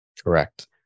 correct